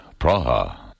Praha